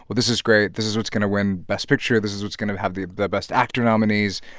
but this is great. this is what's going to win best picture. this is what's going to have the the best actor nominees.